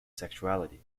sexuality